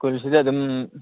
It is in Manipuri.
ꯁ꯭ꯀꯨꯜꯁꯤꯗ ꯑꯗꯨꯝ